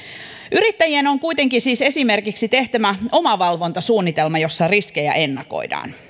yrittäjien on siis kuitenkin esimerkiksi tehtävä omavalvontasuunnitelma jossa riskejä ennakoidaan